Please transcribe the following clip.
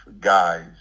guys